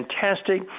fantastic